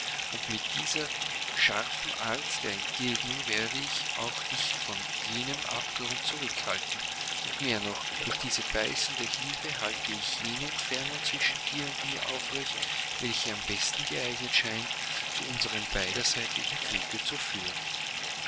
und mit dieser scharfen art der entgegnung werde ich auch dich von jenem abgrund zurückhalten und mehr noch durch diese beißende hilfe halte ich jene entfernung zwischen dir und mir aufrecht welche am meisten geeignet scheint zu unserm beiderseitigen glücke zu führen